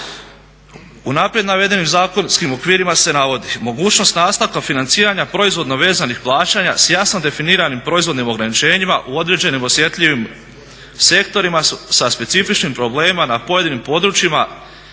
U naprijed navedenim zakonskim okvirima se navodi: mogućnost nastavka financiranja proizvodno vezanih plaćanja s jasno definiranim proizvodnim ograničenjima u određenim osjetljivim sektorima sa specifičnim problemima na pojedinim područjima